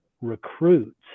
recruits